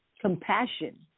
compassion